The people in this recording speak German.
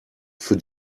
für